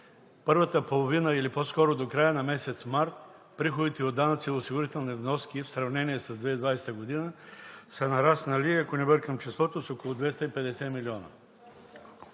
първата половина, или по-скоро до края на месец март, приходите от данъци и осигурителни вноски в сравнение с 2020 г. са нараснали, ако не бъркам числото, с около 250 милиона.